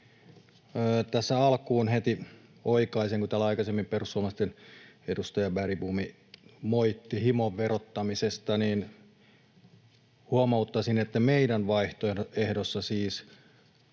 Tässä alkuun heti oikaisen, kun täällä aikaisemmin perussuomalaisten edustaja Bergbom moitti himoverottamisesta, että meidän vaihtoehdossa me